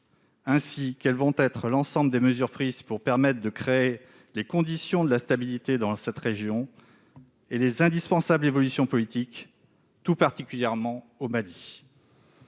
Ainsi, quelles vont être les mesures prises pour créer les conditions de la stabilité dans cette région et les indispensables évolutions politiques, tout particulièrement au Mali